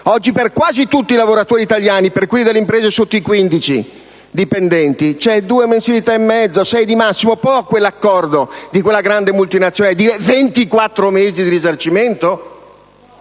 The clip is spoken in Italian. Oggi per quasi tutti i lavoratori italiani e per quelli delle imprese sotto i 15 dipendenti sono previste due mensilità e mezzo, sei al massimo: può quell'accordo di quella grande multinazionale prevedere 24 mesi di risarcimento?